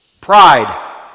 Pride